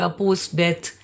post-death